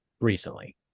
recently